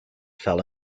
fell